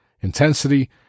intensity